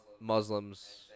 Muslims